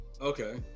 Okay